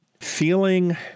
Feeling